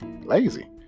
lazy